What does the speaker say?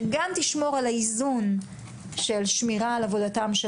שתשמור על האיזון שבין שמירה על עבודתם של